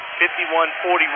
51-41